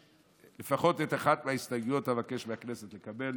לפחות את אחת מההסתייגויות אבקש מהכנסת לקבל.